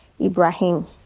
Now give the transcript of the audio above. Ibrahim